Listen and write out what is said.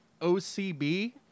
OCB